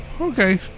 Okay